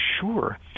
sure